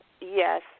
Yes